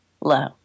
low